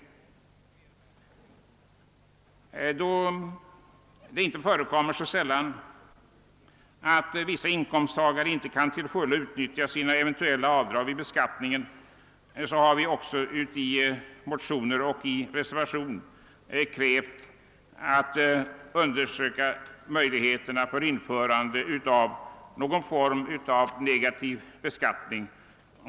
Eftersom det inte så sällan förekommer att vissa inkomsttagare är ur stånd att till fullo utnyttja sina avdrag vid beskattningen har vi krävt tillsättandet av en utredning med uppdrag att undersöka möjligheterna att införa en form av negativ beskattning.